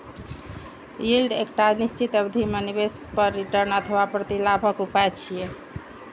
yield एकटा निश्चित अवधि मे निवेश पर रिटर्न अथवा प्रतिलाभक उपाय छियै